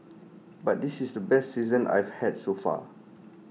but this is the best season I've had so far